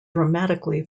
dramatically